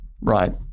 Right